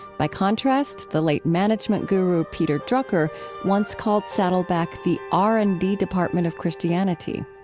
by contrast, the late management guru peter drucker once called saddleback the r and d department of christianity.